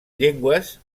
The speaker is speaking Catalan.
llengües